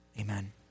Amen